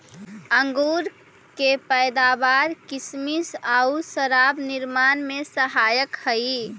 अंगूर के पैदावार किसमिस आउ शराब निर्माण में सहायक हइ